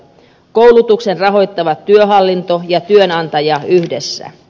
koulutuksen rahoittavat työhallinto ja työnantaja yhdessä